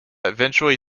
eventually